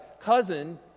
cousin